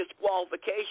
disqualification